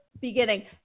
beginning